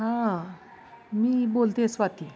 हां मी बोलते आहे स्वाती